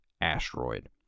asteroid